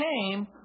came